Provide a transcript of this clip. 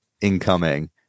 Incoming